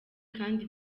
kandi